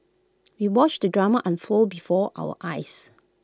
we watched the drama unfold before our eyes